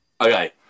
Okay